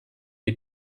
you